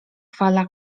fala